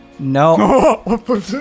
No